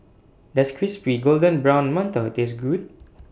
Does Crispy Golden Brown mantou Taste Good